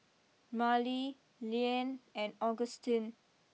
Marely Leann and Agustin